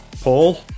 Paul